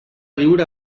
viure